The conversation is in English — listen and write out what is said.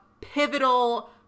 pivotal